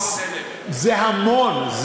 400,000. זה המון.